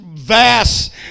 vast